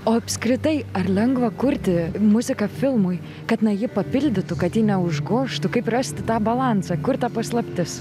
o apskritai ar lengva kurti muziką filmui kad ji papildytų kad ji neužgožtų kaip rasti tą balansą kur ta paslaptis